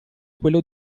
quello